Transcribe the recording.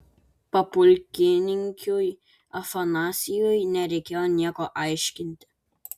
papulkininkiui afanasijui nereikėjo nieko aiškinti